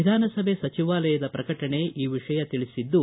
ವಿಧಾನಸಭೆ ಸಚಿವಾಲಯದ ಪ್ರಕಟಣೆ ಈ ವಿಷಯ ತಿಳಿಸಿದ್ದು